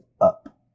up